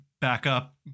backup